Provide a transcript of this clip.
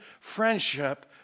friendship